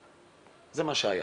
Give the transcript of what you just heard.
זה מה שהיה